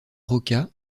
rocca